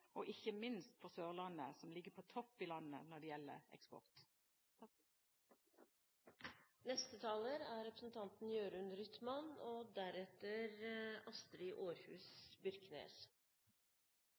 og ikke minst for Sørlandet, som ligger på topp i landet når det gjelder eksport. Først av alt vil jeg takke interpellanten for å ta opp temaet, og